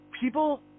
People